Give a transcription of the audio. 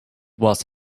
was